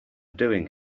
doing